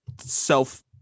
self